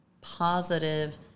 positive